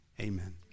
Amen